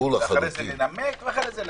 ואחרי זה לנמק ואחרי זה להצביע.